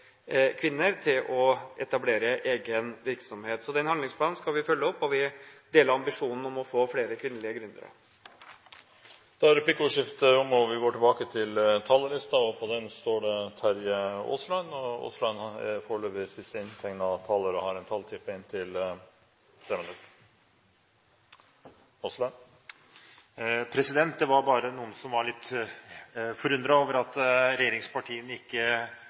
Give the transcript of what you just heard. kvinner, men kanskje spesielt kvinner til å etablere egen virksomhet. Den handlingsplanen skal vi følge opp, og vi deler ambisjonen om å få flere kvinnelige gründere. Replikkordskiftet er omme. De talere som heretter får ordet, har en taletid på inntil 3 minutter. Det var noen som var litt forundret over at regjeringspartiene ikke